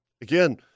again